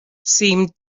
seemed